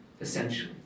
essentially